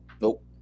Nope